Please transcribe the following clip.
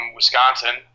Wisconsin